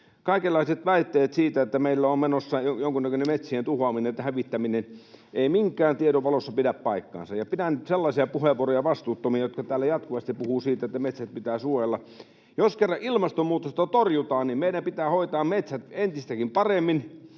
Kaikenlaiset väitteet siitä, että meillä on menossa jonkunnäköinen metsien tuhoaminen tai hävittäminen, eivät minkään tiedon valossa pidä paikkaansa, ja pidän vastuuttomina sellaisia puheenvuoroja, joissa täällä jatkuvasti puhutaan siitä, että metsät pitää suojella. Jos kerran ilmastonmuutosta torjutaan, niin meidän pitää hoitaa metsät entistäkin paremmin,